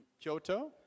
Kyoto